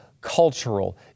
cultural